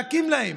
להקים להן,